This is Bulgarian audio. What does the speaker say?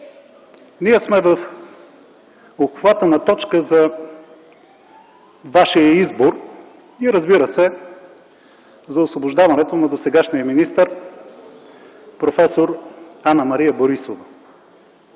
Ние сме в обхвата на точка за Вашия избор, и разбира се, за освобождаването на досегашния министър проф. Анна-Мария Борисова.